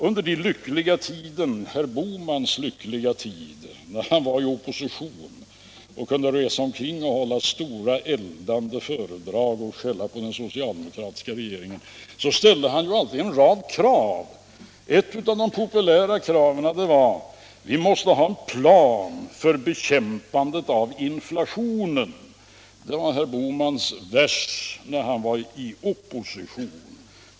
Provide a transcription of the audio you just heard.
Under den lyckliga tiden — herr Bohmans lyckliga tid då han var i opposition och kunde resa omkring och hålla stora, eldande föredrag och skälla på den socialdemokratiska regeringen —- ställde herr Bohman alltid en rad krav. Ett av de populära kraven var att vi måste ha en plan för bekämpande av inflationen — det var herr Bohmans vers när han var i opposition.